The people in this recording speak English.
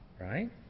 right